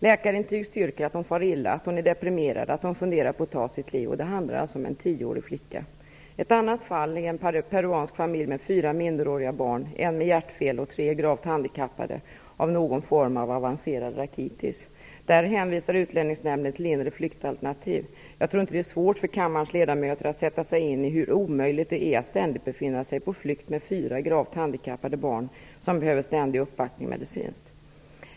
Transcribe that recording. Läkarintyg styrker att hon far illa, att hon är deprimerad och att hon funderar på att ta sitt liv. Det handlar om en tioårig flicka. Ett annat fall är en peruansk familj med fyra minderåriga barn - en med hjärtfel och tre gravt handikappade av någon form av avancerad rakitis. Där hänvisar Utlänningsnämnden till inre flyktalternativ. Jag tror inte att det är svårt för kammarens ledamöter att sätta sig in i hur omöjligt det är att ständigt befinna sig på flykt med fyra gravt handikappade barn som behöver ständig medicinsk uppbackning.